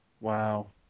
Wow